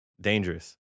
Dangerous